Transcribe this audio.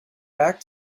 back